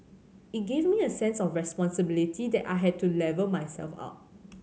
it gave me a sense of responsibility that I had to level myself up